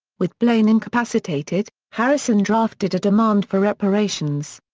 with blaine incapacitated, harrison drafted a demand for reparations.